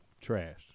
trash